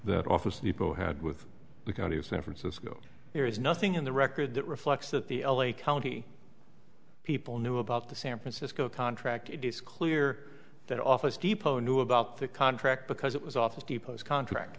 that office depot had with the county of san francisco there is nothing in the record that reflects that the l a county people knew about the san francisco contract it is clear that office depot knew about the contract because it was office depot's contract